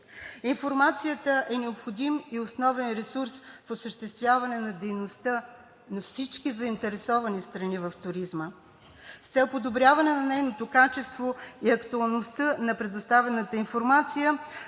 Информацията е необходим и основен ресурс в осъществяване на дейността на всички заинтересовани страни в туризма. С цел подобряване на нейното качество и актуалността на предоставената информация,